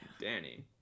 Danny